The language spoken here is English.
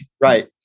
Right